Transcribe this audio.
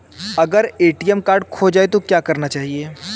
अगर ATM card खो जाए तो क्या करना चाहिए?